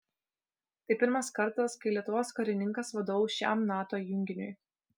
tai pirmas kartas kai lietuvos karininkas vadovaus šiam nato junginiui